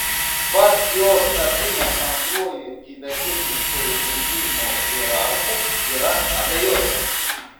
pats jo tapimas antruoju tibetietiškojo budizmo hierarchu yra abejotinas